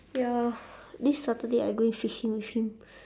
ya this saturday I going fishing with him